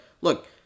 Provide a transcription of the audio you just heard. look